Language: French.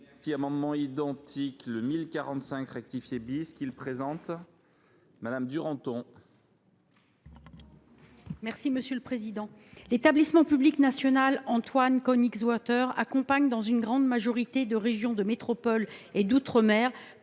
L’établissement public national Antoine Koenigswarter accompagne, dans une grande majorité de régions de métropole et d’outre mer,